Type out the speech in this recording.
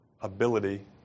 ability